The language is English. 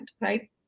right